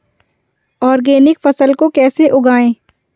Organic फसल को कैसे उगाएँ?